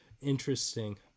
interesting